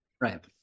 Right